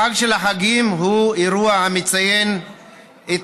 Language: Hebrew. החג של החגים הוא אירוע המציין את